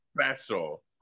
special